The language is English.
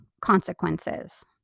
consequences